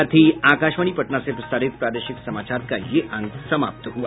इसके साथ ही आकाशवाणी पटना से प्रसारित प्रादेशिक समाचार का ये अंक समाप्त हुआ